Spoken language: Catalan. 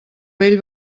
vell